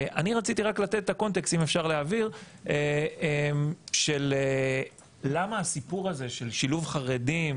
אני רציתי רק לתת את הקונטקסט של למה הסיפור הזה של שילוב חרדים